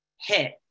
hit